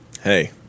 Hey